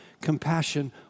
compassion